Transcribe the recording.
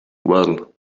well